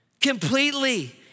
Completely